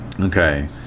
Okay